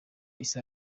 isatira